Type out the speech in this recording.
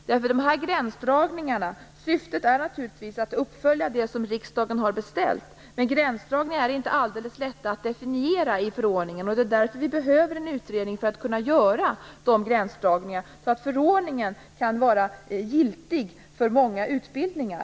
Syftet med detta är naturligtvis att uppfylla det som riksdagen har beställt. Men gränsdragningarna är inte alldeles lätta att definiera i förordningen. Det är därför vi behöver en utredning för att kunna göra dessa gränsdragningar så att förordningen kan vara giltig för många utbildningar.